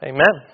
Amen